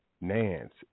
Nance